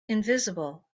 invisible